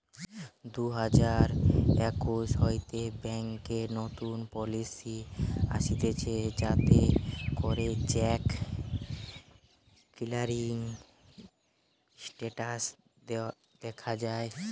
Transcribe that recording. দুই হাজার একুশ হইতে ব্যাংকে নতুন পলিসি আসতিছে যাতে করে চেক ক্লিয়ারিং স্টেটাস দখা যায়